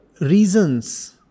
reasons